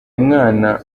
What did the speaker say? mwana